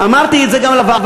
אמרתי את זה גם לוועדה,